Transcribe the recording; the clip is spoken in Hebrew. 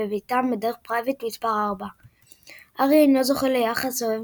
בביתם בדרך פריווט מספר 4. הארי אינו זוכה ליחס אוהב